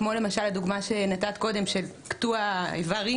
כמו הדוגמה שנתת קודם של קטוע איברים,